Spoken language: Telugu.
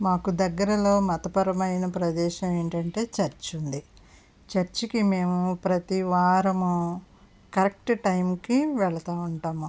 మాకు దగ్గర్లో మతపరమైన ప్రదేశం ఏంటంటే చర్చ్ ఉంది చర్చికి మేము ప్రతి వారము కరెక్ట్ టైంకి వెళ్తూ ఉంటాము